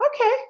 okay